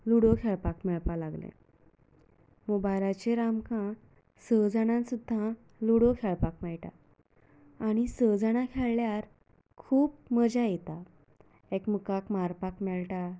ludo खेळपाक मेळपा लागलें मोबायलाचेर आमकां स जाणां सुद्दा लुडो खेळपाक मेळटा आनी स जाणां खेळ्ळ्यार खूब मजा येता एकमेकांक मारपाक मेळटा